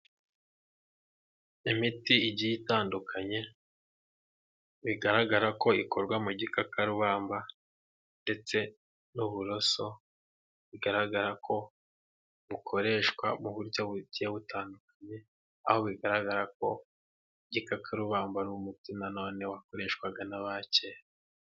Imiti igiye itandukanye bigaragara ko ikorwa mu gikakarubamba ndetse n'uburoso bigaragara ko bukoreshwa mu buryo bugiye butandukanye aho bigaragara ko igikakarubamba ari umuti nanone wakoreshwaga n'abakera.